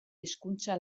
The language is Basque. hezkuntza